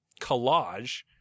collage